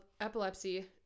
epilepsy